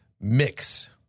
mix